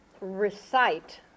recite